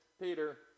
Peter